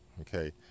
Okay